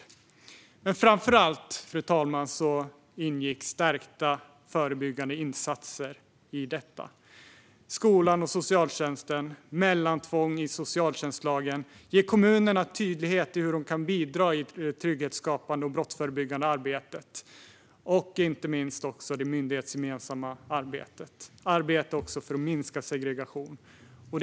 Fru talman! Framför allt ingick stärkta förebyggande insatser i regeringens förslag. De handlar om skola och socialtjänst samt mellantvång i socialtjänstlagen. Vidare handlar det om att vara tydlig gentemot kommunerna om hur de kan bidra i det trygghetsskapande och brottsförebyggande arbetet. Sedan handlar det, inte minst, om det myndighetsgemensamma arbetet, till exempel för att minska segregationen.